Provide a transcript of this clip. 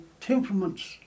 temperaments